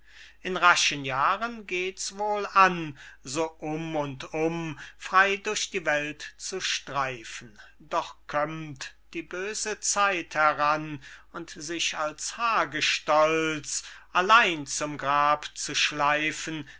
in raschen jahren geht's wohl an so um und um frey durch die welt zu streifen doch kömmt die böse zeit heran und sich als hagestolz allein zum grab zu schleifen